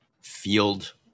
field